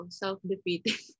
self-defeating